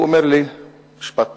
הוא אמר לי משפט פשוט: